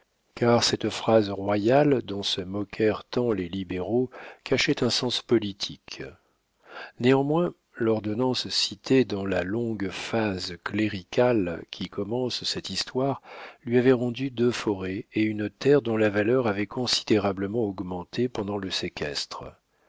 car cette phrase royale dont se moquèrent tant les libéraux cachait un sens politique néanmoins l'ordonnance citée dans la longue phase cléricale qui commence cette histoire lui avait rendu deux forêts et une terre dont la valeur avait considérablement augmenté pendant le séquestre